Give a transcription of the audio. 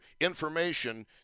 information